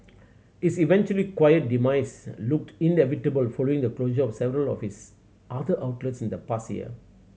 its eventual quiet demise looked inevitable following the closure of several of its other outlets in the past year